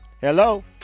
Hello